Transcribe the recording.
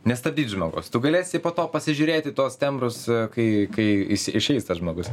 nestabdyt žmogaus tu galėsi po to pasižiūrėti tuos tembrus kai kai jis išeis tas žmogus